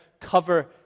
cover